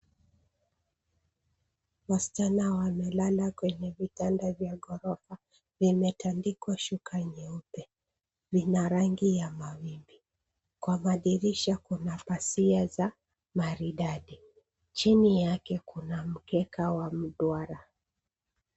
Wasichana wamelala kwenye vitanda vya ghorofa . Vimetandikwa shuka nyeupe . Vina rangi ya mawimbi. Kwa madirisha, kuna pazia za maridadi. Chini yake kuna mkeka wa duara.